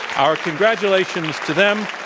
our congratulations to them.